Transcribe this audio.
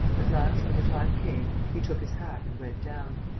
at last, when the time came, he took his hat and went down.